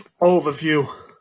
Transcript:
overview